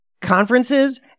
conferences